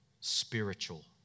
Spiritual